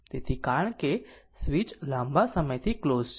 તેથી કારણ કે સ્વીચ લાંબા સમયથી ક્લોઝ છે